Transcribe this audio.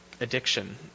Addiction